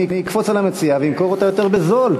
אני אקפוץ על המציאה ואמכור אותה יותר בזול,